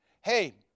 Hey